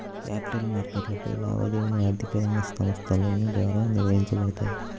capital మార్కెట్లపై లావాదేవీలు ఆర్థిక రంగ సంస్థల ద్వారా నిర్వహించబడతాయి